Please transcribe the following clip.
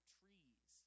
trees